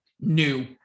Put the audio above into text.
new